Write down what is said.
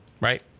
right